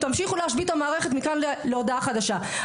תמשיכו להשבית את המערכת מכאן ועד להודעה חדשה,